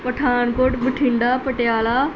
Pathankot Bathinda Patiala